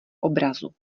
obrazu